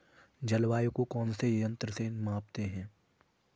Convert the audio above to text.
जलवायु को कौन से यंत्र से मापते हैं?